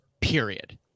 period